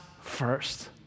first